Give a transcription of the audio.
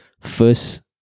First